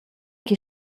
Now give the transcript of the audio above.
che